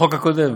בחוק הקודם.